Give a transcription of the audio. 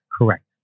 Correct